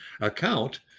account